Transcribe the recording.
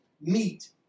meet